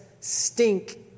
stink